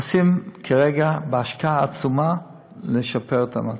עושים כרגע בהשקעה עצומה כדי לשפר את המצב.